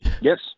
Yes